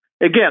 Again